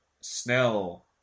Snell